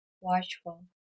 watchful